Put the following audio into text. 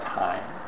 time